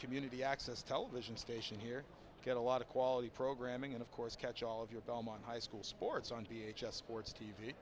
community access television station here get a lot of quality programming and of course catch all of your film on high school sports on p h s sports t